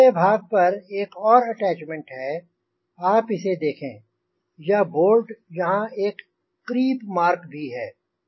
पिछले भाग पर एक और अटैच्मेंट है आप इसे देखें यह बोल्ट यहाँ एक क्रीप मार्क भी है